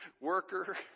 worker